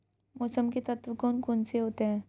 मौसम के तत्व कौन कौन से होते हैं?